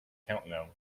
countdown